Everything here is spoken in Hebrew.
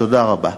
תודה רבה.